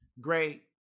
great